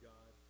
God